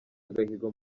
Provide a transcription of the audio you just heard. agahigo